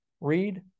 read